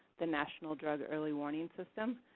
the national drug early warning system.